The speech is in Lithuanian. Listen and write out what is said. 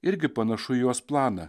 irgi panašu į jos planą